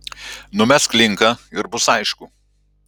numesk linką ir bus aišku